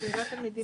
סכום די